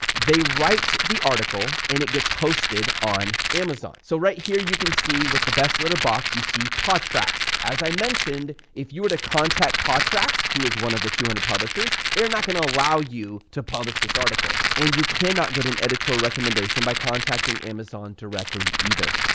they write the article and it gets hosted on amazon, so right here you can see with the best litter box you see paw tracks as i mentioned, if you were to contact pawtrax who is one of the two hundred publishers, they are not going to allow you to publish this article and you cannot get an editorial recommendation by contacting amazon directly either,